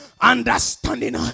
understanding